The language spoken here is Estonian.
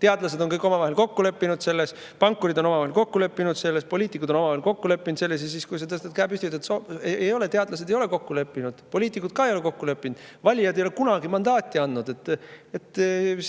Teadlased on kõik omavahel kokku leppinud selles, pankurid on omavahel kokku leppinud selles, poliitikud on omavahel kokku leppinud selles. Ja kui sa tõstad käe püsti ja ütled, et teadlased ei ole kokku leppinud, poliitikud ka ei ole kokku leppinud, valijad ei ole kunagi mandaati andnud,